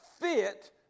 fit